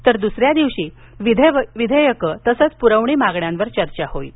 तर द्सऱ्या दिवशी विधेयकं तसंच प्रवणी मागण्यांवर चर्चा होईल